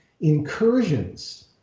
incursions